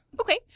Okay